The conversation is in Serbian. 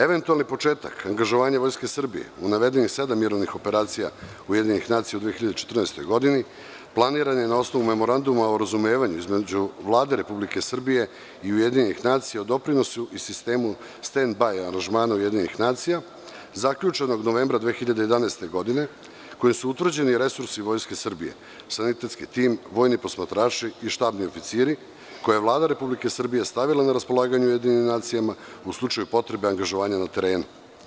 Eventualni početak angažovanja Vojske Srbije u navedenih sedam mirovnih operacija UN u 2014. godini, planiran je na osnovu Memoranduma o razumevanju između Vlade Republike Srbije i UN o doprinosu i sistemu stend baj aranžmana UN, zaključenog novembra 2011. godine, kojim su utvrđeni resursi Vojske Srbije, sanitetski tim, vojni posmatrači i štabni oficiri, koje Vlada Republike Srbije stavila na raspolaganje UN u slučaju potrebe angažovanja na terenu.